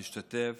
השתתף